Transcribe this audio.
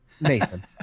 Nathan